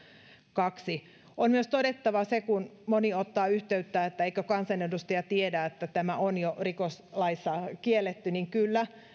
on myös todettava se kun moni ottaa yhteyttä että eikö kansanedustaja tiedä että tämä on jo rikoslaissa kielletty että